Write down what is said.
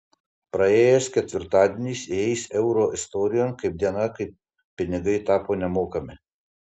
praėjęs ketvirtadienis įeis euro istorijon kaip diena kai pinigai tapo nemokami